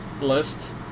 list